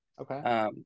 Okay